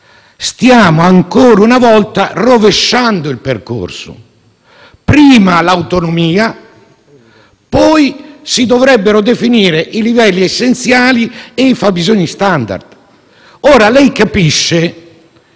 Stiamo, ancora una volta, rovesciando il percorso: prima l'autonomia, poi si dovrebbero definire i livelli essenziali e i fabbisogni *standard.*